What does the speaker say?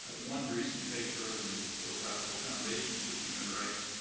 one recent paper in the philosophical foundations of human rights,